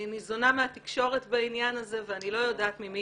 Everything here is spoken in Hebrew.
אני ניזונה מהתקשורת בעניין הזה ואני לא יודעת ממי